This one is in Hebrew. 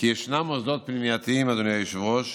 ישנם מוסדות פנימייתיים, אדוני היושב-ראש,